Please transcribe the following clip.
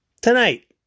Tonight